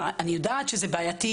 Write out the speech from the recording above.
אני יודעת שזה בעייתי,